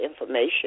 information